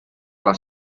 les